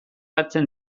hartzen